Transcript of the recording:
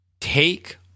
take